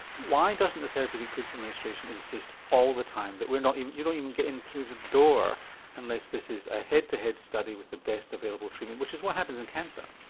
why doesn't the therapeutic goods administration insist all the time that you're not you know even getting through the door unless this is a head to head study with the best available treatment? which is what happens in cancer.